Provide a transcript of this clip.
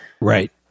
Right